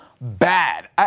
bad